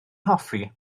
hoffi